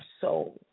soul